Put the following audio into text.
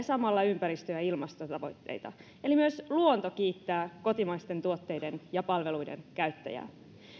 samalla ympäristö ja ilmastotavoitteita eli myös luonto kiittää kotimaisten tuotteiden ja palveluiden käyttäjää